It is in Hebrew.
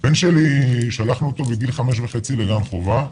הבן שלי, שלחנו אותו בגיל חמש וחצי לגן חובה,